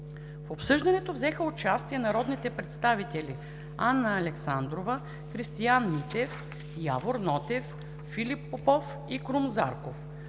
В обсъждането взеха участие народните представители Анна Александрова, Христиан Митев, Явор Нотев, Филип Попов и Крум Зарков.